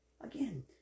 Again